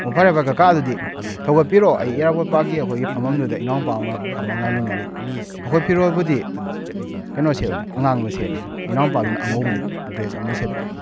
ꯑꯣ ꯐꯔꯦ ꯐꯔꯦ ꯀꯀꯥ ꯑꯗꯨꯗꯤ ꯊꯧꯒꯠꯄꯤꯔꯛꯑꯣ ꯑꯩ ꯑꯦꯔꯥꯕꯣꯠ ꯄꯥꯛꯀꯤ ꯑꯩꯈꯣꯏꯒꯤ ꯐꯝꯐꯝꯗꯨꯗ ꯏꯅꯥꯎꯅꯨꯄꯥ ꯑꯃꯒ ꯐꯝꯃꯒ ꯉꯥꯏꯃꯤꯟꯅꯔꯤ ꯑꯩꯈꯣꯏ ꯐꯤꯔꯣꯜꯕꯨꯗꯤ ꯀꯩꯅꯣ ꯁꯦꯠꯄꯅꯤ ꯑꯉꯥꯡꯕ ꯁꯦꯠꯂꯤ ꯏꯅꯥꯎꯅꯨꯄꯥꯗꯨꯅ ꯑꯉꯧꯕ ꯂꯤꯠꯂꯤ ꯗ꯭ꯔꯦꯁ ꯑꯝꯃ ꯁꯦꯠꯄꯅꯦ